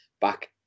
back